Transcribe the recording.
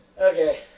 Okay